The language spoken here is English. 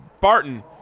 Barton